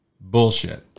Bullshit